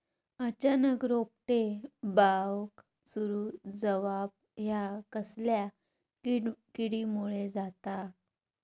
अचानक रोपटे बावाक सुरू जवाप हया कसल्या किडीमुळे जाता?